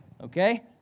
Okay